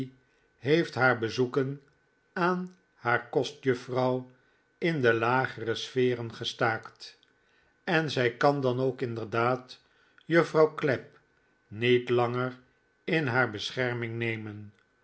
heeft haar bezoeken aan haar kostjuffrouw in de lagere sferen gestaakt en zij kan dan ook inderdaad juffrouw clapp niet langer in haar bescherming nemen